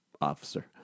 officer